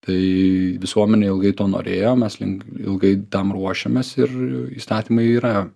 tai visuomenė ilgai to norėjo mes link ilgai tam ruošėmės ir įstatymai yra